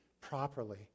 properly